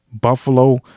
buffalo